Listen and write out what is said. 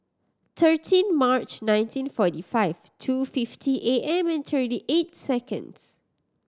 thirteen March nineteen forty five two fifty A M and thirty eight seconds